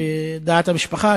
ודעת המשפחה,